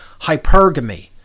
hypergamy